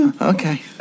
Okay